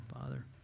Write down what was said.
Father